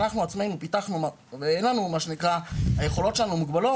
אנחנו עצמינו פיתחנו והיכולות שלנו מוגבלות